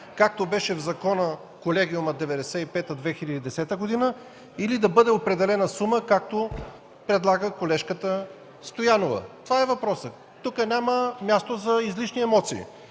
както беше в закона, колегиума 1995-2010 г., или да бъде определена сума, както предлага колежката Стоянова. Това е въпросът, тук няма място за излишни емоции.